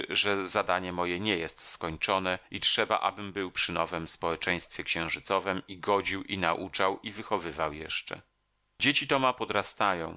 że zadanie moje nie jest skończone i trzeba abym był przy nowem społeczeństwie księżycowem i godził i nauczał i wychowywał jeszcze dzieci toma